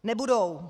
Nebudou.